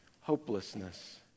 hopelessness